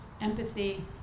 empathy